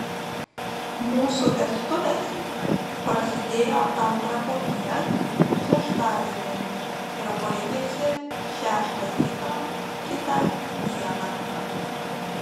mūsų vestuvės prasidėjo antrą popiet šeštadienį ir baigėsi šeštą ryto kitą dieną